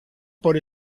por